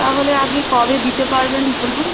তাহলে আপনি কবে দিতে পারবেন বলুন